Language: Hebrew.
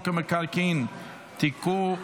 עכשיו נעבור להצבעה בקריאה טרומית על הצעת חוק המקרקעין (תיקון,